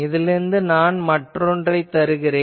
இதிலிருந்து நான் மற்றொன்றைத் தருகிறேன்